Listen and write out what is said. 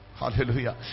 Hallelujah